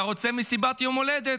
אתה רוצה מסיבת יום הולדת?